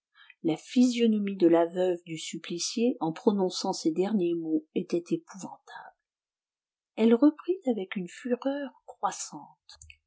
la physionomie de la veuve du supplicié en prononçant ces derniers mots était épouvantable elle reprit avec une fureur croissante